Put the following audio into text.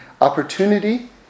opportunity